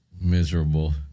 miserable